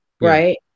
right